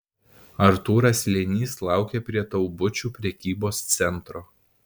artūras slėnys laukė prie taubučių prekybos centro